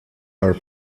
are